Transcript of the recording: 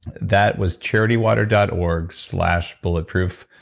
that was charitywater dot org slash bulletproof.